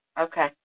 Okay